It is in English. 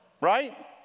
right